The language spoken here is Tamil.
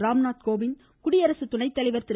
ராம்நாத் கோவிந்த் குடியரசு துணைத்தலைவா் திரு